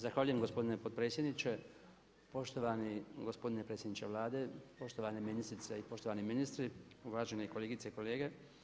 Zahvaljujem gospodine potpredsjedniče, poštovani gospodine predsjedniče Vlade, poštovane ministrice i poštovani ministri, uvažene kolegice i kolege.